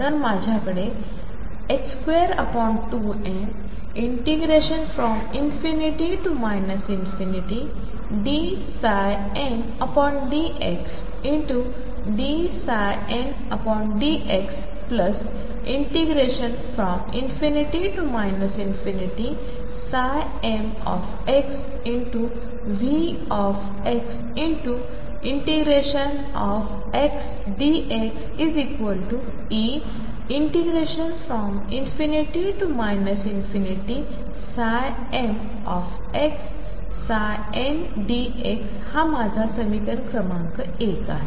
तर माझ्याकडे22m ∞dmdxdndxdx ∞mVxndxEn ∞mndx हा माझा समीकरण क्रमांक १ आहे